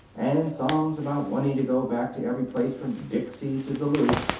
and songs about wanting to go back to every place from dixie to duluth.